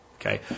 okay